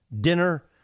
dinner